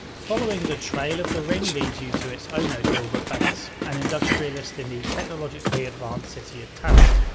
following the trail of the ring leads you to its owner gilbert bates, an industrialist in the technologically advanced city of tarant.